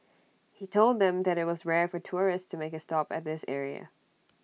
he told them that IT was rare for tourists to make A stop at this area